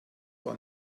war